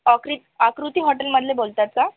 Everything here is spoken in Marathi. ऑक्रीत आकृती हॉटेलमधले बोलत आहेत का